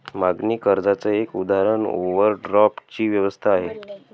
मागणी कर्जाच एक उदाहरण ओव्हरड्राफ्ट ची व्यवस्था आहे